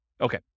Okay